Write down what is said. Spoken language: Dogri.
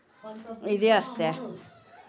इ'दे आस्तै